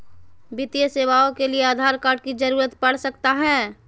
वित्तीय सेवाओं के लिए आधार कार्ड की जरूरत पड़ सकता है?